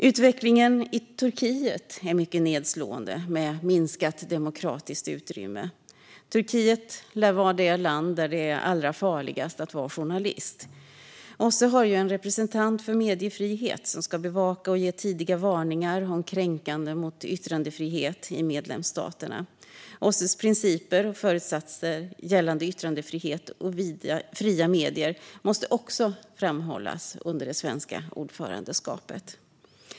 Utvecklingen i Turkiet är mycket nedslående, med minskat demokratiskt utrymme. Turkiet lär vara det land där det är allra farligast att vara journalist. OSSE har ju en representant för mediefrihet, som ska bevaka och ge tidiga varningar om kränkningar mot yttrandefriheten i medlemsstaterna. OSSE:s principer och föresatser gällande yttrandefrihet och fria medier måste också framhållas under det svenska ordförandeskapet.